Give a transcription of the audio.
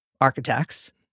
architects